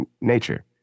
nature